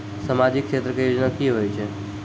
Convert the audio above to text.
समाजिक क्षेत्र के योजना की होय छै?